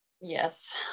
Yes